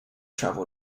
travel